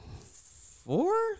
Four